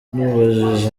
tumubajije